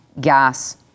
gas